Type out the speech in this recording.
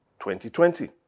2020